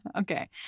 okay